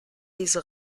diese